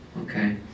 Okay